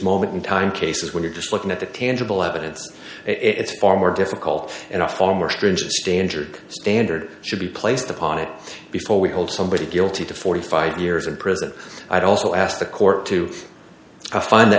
moment in time cases where you're just looking at the tangible evidence it's far more difficult and a former strange danger standard should be placed upon it before we hold somebody guilty to forty five years in prison i've also asked the court to find the